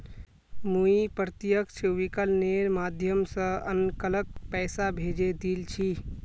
मुई प्रत्यक्ष विकलनेर माध्यम स अंकलक पैसा भेजे दिल छि